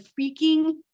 freaking